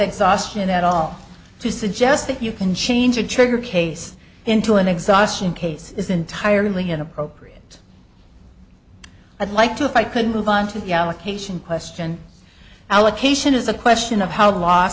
exhaustion at all to suggest that you can change a trigger case into an exhaustion case is entirely inappropriate i'd like to if i could move on to the allocation question allocation is a question of how